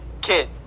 kid